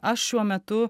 aš šiuo metu